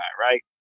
right